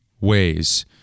ways